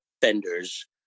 fenders